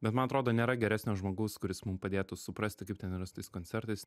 bet man atrodo nėra geresnio žmogaus kuris mum padėtų suprasti kaip ten yra su tais koncertais